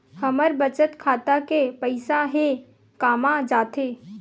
हमर बचत खाता के पईसा हे कामा जाथे?